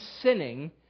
sinning